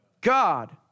God